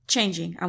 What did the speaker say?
Changing